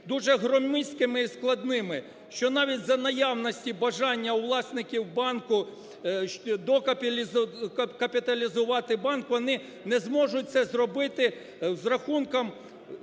дуже громіздкими і складними, що навіть за наявності бажання у власників банку докапіталізувати банк, вони не зможуть це зробити з рахунком